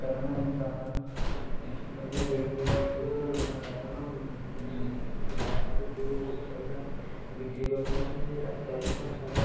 କାରଣ ଆମେ ବାହାରୁ କିଛି ପରିବା କିଣିକି କିଣିକି ଆଣୁନା କାରଣ ବାହାରୁ ଯେଉଁ ପରିବା ବିକ୍ରି କରୁଛନ୍ତି ସେ ରାସାୟନିକ ସାର